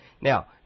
Now